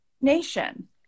Nation